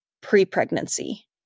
pre-pregnancy